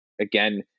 again